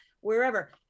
wherever